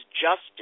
justice